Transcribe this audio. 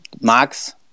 Max